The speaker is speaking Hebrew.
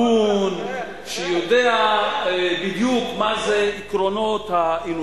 מכיוון שזה הערת ביניים,